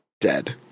dead